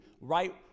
right